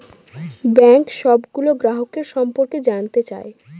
bank সবগুলো গ্রাহকের সম্পর্কে জানতে চায়